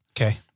Okay